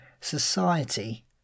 society